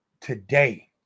Today